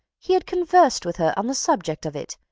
he had conversed with her on the subject of it,